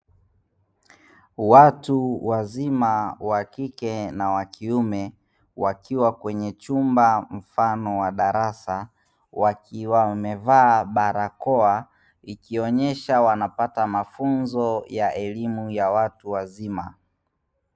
Watu wazima wa kike na wa kiume; wakiwa kwenye chumba mfano wa darasa, wakiwa wamevaa barakoa, ikionyesha wanapata mafunzo ya elimu ya watu wazima.